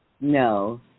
No